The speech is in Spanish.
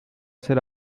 hacer